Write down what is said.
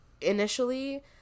initially